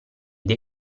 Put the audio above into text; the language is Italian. dei